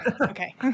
okay